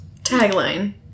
Tagline